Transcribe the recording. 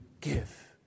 give